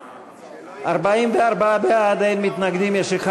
הפועלות בתחומי הטכנולוגיה העילית (היי-טק) (תיקוני חקיקה),